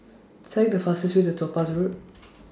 Select The fastest Way to Topaz Road